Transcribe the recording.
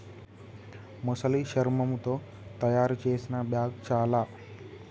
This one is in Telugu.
మొసలి శర్మముతో తాయారు చేసిన బ్యాగ్ చాల